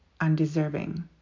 undeserving